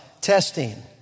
testing